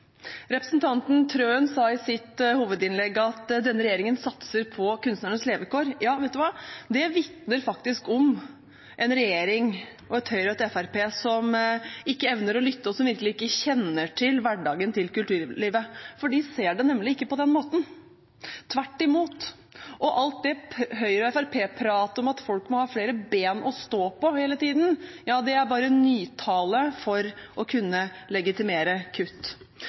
Representanten Wilhelmsen Trøen sa i sitt hovedinnlegg at denne regjeringen satser på kunstnernes levekår. Vet du hva – det vitner faktisk om en regjering og et høyre og et fremskrittsparti som ikke evner å lytte, og som virkelig ikke kjenner til hverdagen til kulturlivet, for de ser det nemlig ikke på den måten, tvert imot. Og alt Høyre–Fremskrittsparti-pratet om at folk hele tiden må ha flere ben å stå på, er bare nytale for å kunne legitimere kutt.